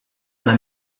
alla